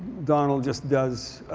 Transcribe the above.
donald just does